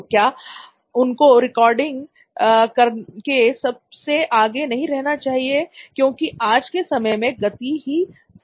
तो क्या उनको रिकॉर्डिंग करके सबसे आगे नहीं रहना चाहिए क्योंकि आज के समय में तेज गति ही सार है